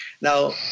Now